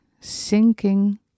sinking